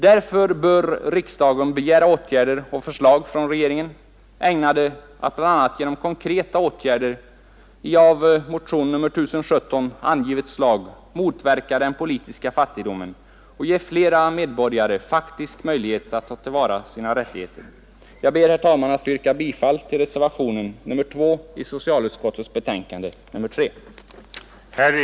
Därför bör riksdagen begära åtgärder och förslag från regeringen ägnade att bl.a. genom konkreta åtgärder av i motion nr 1017 angivet slag motverka den politiska fattigdomen och ge fler medborgare faktisk möjlighet att ta till vara sina rättigheter. Jag ber, herr talman, att få yrka bifall till reservationen 2 i socialutskottets betänkande nr 3.